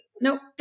nope